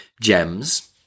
gems